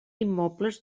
immobles